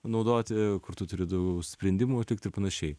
naudoti kur tu turi daug sprendimų atlikt ir panašiai